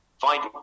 find